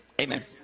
Amen